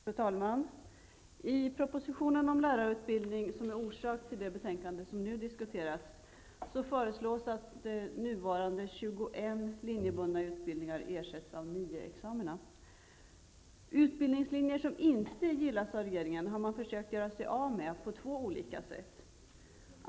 Fru talman! I propositionen om lärarutbildning som är orsak till det betänkande som nu diskuteras, föreslås att de nuvarande 21 linjebundna utbildningarna ersätts av 9 examina. Utbildningslinjer som inte gillas av regeringen har den försökt göra sig av med på två olika sätt.